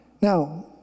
now